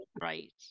Right